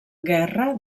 guerra